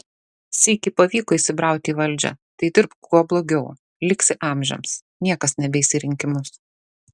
sykį pavyko įsibrauti į valdžią tai dirbk kuo blogiau liksi amžiams niekas nebeis į rinkimus